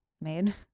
made